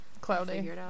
cloudy